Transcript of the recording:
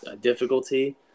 difficulty